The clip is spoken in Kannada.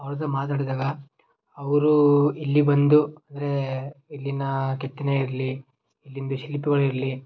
ಅವ್ರಹತ್ರ ಮಾತಾಡಿದಾಗ ಅವರು ಇಲ್ಲಿ ಬಂದು ಅಂದರೆ ಇಲ್ಲಿನ ಕೆತ್ತನೆ ಇರಲಿ ಇಲ್ಲಿಂದು ಶಿಲ್ಪಿಗಳಿರಲಿ